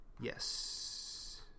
Yes